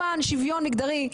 למען שוויון מגדרי,